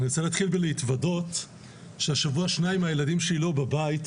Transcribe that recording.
אני רוצה להתוודות שהשבוע שניים מהילדים שלי לא בבית,